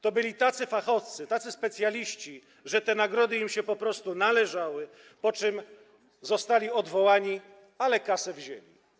To byli tacy fachowcy, tacy specjaliści, że te nagrody im się po prostu należały, po czym zostali odwołani, ale kasę wzięli.